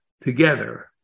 together